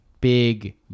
Big